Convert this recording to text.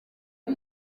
ati